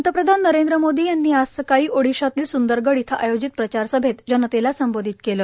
पंतप्रधान नरेंद्र मोदी यांनी आज सकाळी ओडिशातील संदरगड इथं आयोजित प्रचारसभेत जनतेला संबोधित केले